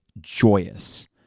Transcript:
joyous